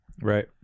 Right